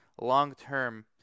long-term